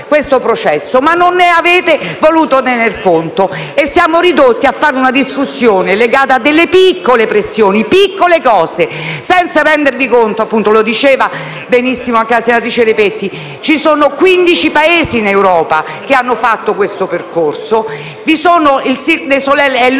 questo processo, ma non ne avete voluto tenere conto e siamo ridotti a fare una discussione legata a delle piccole pressioni, a piccole cose. Non vi rendete conto - lo ha detto benissimo anche la senatrice Repetti - che 15 Paesi in Europa hanno fatto questo percorso. Il Cirque du Soleil è